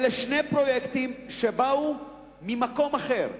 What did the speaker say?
אלה שני פרויקטים שבאו ממקום אחר,